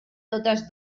totes